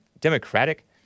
Democratic